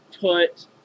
put